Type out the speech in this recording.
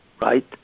right